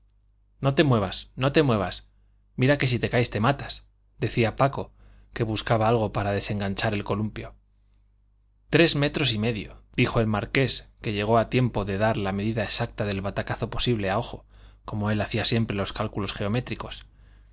no te muevas no te muevas mira que si te caes te matas decía paco que buscaba algo para desenganchar el columpio tres metros y medio dijo el marqués que llegó a tiempo de dar la medida exacta del batacazo posible a ojo como él hacía siempre los cálculos geométricos